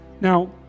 now